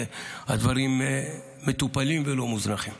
הדברים מטופלים ולא מוזנחים.